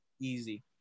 Easy